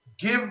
give